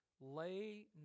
lay